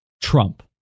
Trump